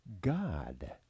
God